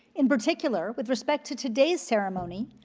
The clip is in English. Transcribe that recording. in particular, with respect to today's ceremony,